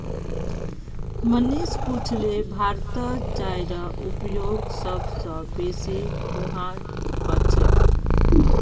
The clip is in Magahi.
मनीष पुछले भारतत चाईर उपभोग सब स बेसी कुहां ह छेक